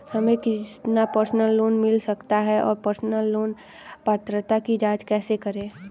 हमें कितना personal loan मिल सकता है और पर्सनल लोन पात्रता की जांच कैसे करें?